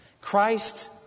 Christ